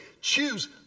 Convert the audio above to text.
Choose